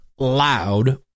loud